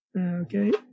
Okay